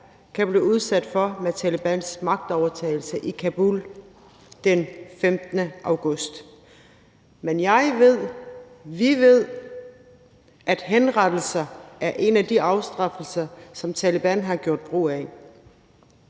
kan blive udsat for med Talebans magtovertagelse i Kabul den 15. august. Men jeg ved, vi ved, at henrettelser er en af de afstraffelser, som Taleban har gjort brug af.